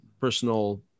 personal